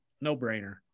no-brainer